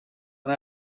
and